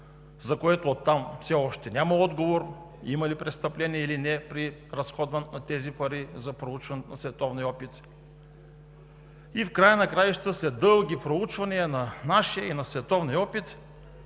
но оттам все още няма отговор – има ли престъпление, или не при разходването на тези пари за проучване на световния опит. В края на краищата след дълги проучвания на нашия и на световния опит